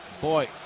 boy